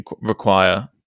require